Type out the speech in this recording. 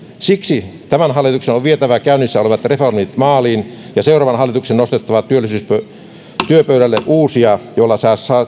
siksi tämän hallituksen on vietävä käynnissä olevat reformit maaliin ja seuraavan hallituksen on nostettava työpöydälle uusia joilla